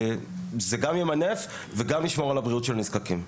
זה גם ימנף וגם ישמור על הבריאות של נזקקים.